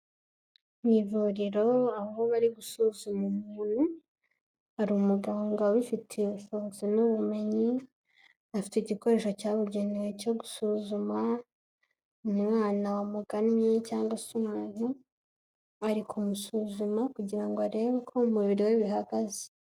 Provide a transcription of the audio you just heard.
Mu ivuriro aho bari gusuzuma umuntu hari umuganga ubifitiye ubushobozi n'ubumenyi afite igikoresho cyabugenewe cyo gusuzuma umwana wamuganye cyangwa se umuntu, ari kumusuzuma kugira ngo arebe uko mu mubiri we bihagaze.